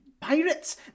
Pirates